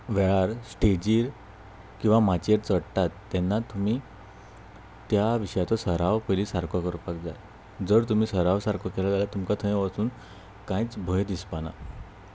वेळार स्टेजीर किंवां माचयेर चडटात तेन्ना तुमी त्या विशयाचो सराव पयली सारको करपाक जाय जर तुमी सराव सारको केलो जाल्यार तुमकां थंय वचून कांयच भंय दिसपाना